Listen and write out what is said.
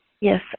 Yes